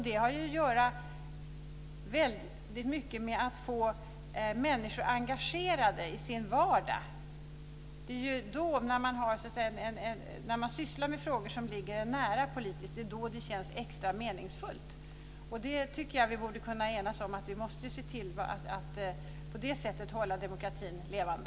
Det har att göra väldigt mycket med att få människor engagerade i sin vardag. Det är då man sysslar med frågor som ligger en nära politiskt som det känns extra meningsfullt. Och jag tycker att vi borde kunna enas om att vi måste se till att på det sättet hålla demokratin levande.